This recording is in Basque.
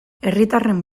herritarren